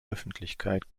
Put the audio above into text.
öffentlichkeit